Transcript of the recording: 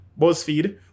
BuzzFeed